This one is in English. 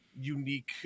unique